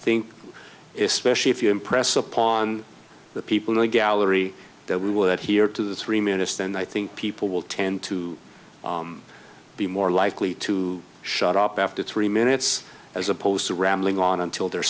think is specially if you impress upon the people in the gallery that we would hear to the three minutes then i think people will tend to be more likely to shut up after three minutes as opposed to rambling on until they're